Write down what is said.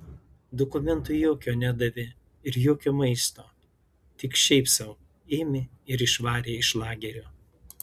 dokumento jokio nedavė ir jokio maisto tik šiaip sau ėmė ir išvarė iš lagerio